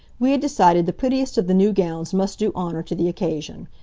we had decided the prettiest of the new gowns must do honor to the occasion.